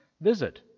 visit